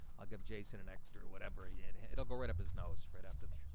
i'll give jason an extra or whatever ah yeah, it'll go right up his nose right after the